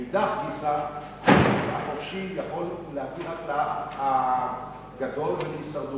מאידך גיסא השוק החופשי יכול להביא רק ל"אח הגדול" ול"הישרדות".